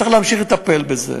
צריך להמשיך לטפל בזה.